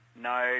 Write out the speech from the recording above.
No